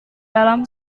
dalam